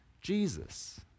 Jesus